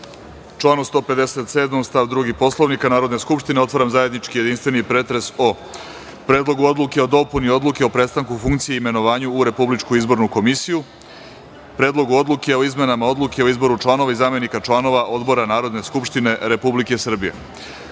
članu 157. stav 2. Poslovnika Narodne skupštine, otvaram zajednički jedinstveni pretres o Predlogu odluke o dopuni Odluke o prestanku funkcije i imenovanju u Republičku izbornu komisiju, Predlogu odluke o izmenama Odluke o izboru članova i zamenika članova odbora Narodne skupštine Republike Srbije. Da